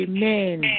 Amen